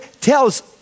tells